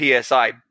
PSI